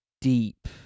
deep